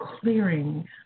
clearing